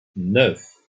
neuf